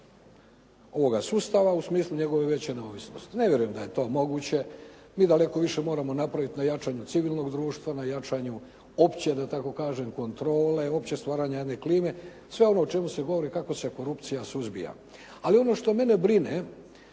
Ne vjerujem da je to moguće. Mi daleko više moramo napraviti na jačanju civilnog društva, na jačanju opće, da tako kažem kontrole, opće stvaranje jedne klime, sve ono o čemu se govori kako se korupcija suzbija. Ali ono što mene brine